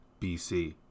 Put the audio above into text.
BC